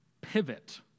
pivot